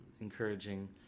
encouraging